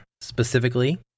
specifically